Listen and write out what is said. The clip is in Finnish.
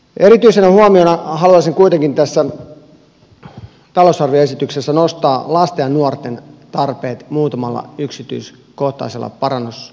erityisenä huomiona haluaisin kuitenkin tässä talousarvioesityksessä nostaa lasten ja nuorten tarpeet muutamalla yksityiskohtaisella paran nusehdotuksella